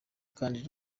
kandi